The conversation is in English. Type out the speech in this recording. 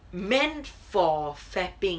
meant for fapping